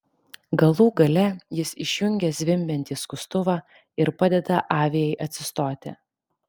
galų gale jis išjungia zvimbiantį skustuvą ir padeda aviai atsistoti